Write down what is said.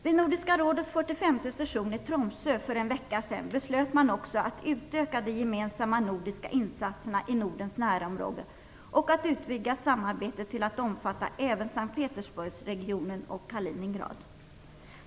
Vid Nordiska rådets 45:e session i Tromsö för en vecka sedan beslöt man också att utöka de gemensamma nordiska insatserna i Nordens närområde och att utvidga samarbetet till att omfatta även S:t Petersburgsregionen och Kaliningrad.